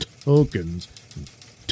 tokens